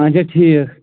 اچھا ٹھیٖک